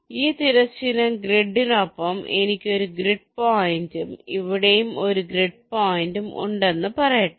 ഈ തിരശ്ചീനം ഗ്രിഡിനൊപ്പം എനിക്ക് ഒരു ഗ്രിഡ് പോയിന്റും ഇവിടെയും ഒരു ഗ്രിഡ് പോയിന്റും ഉണ്ടെന്ന് പറയട്ടെ